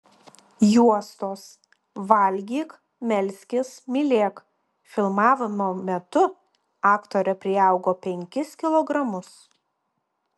juostos valgyk melskis mylėk filmavimo metu aktorė priaugo penkis kilogramus